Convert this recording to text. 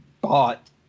bought